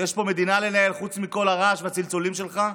יש פה מדינה לנהל חוץ מכל הרעש והצלצולים שלך.